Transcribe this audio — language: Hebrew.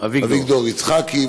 אביגדור יצחקי,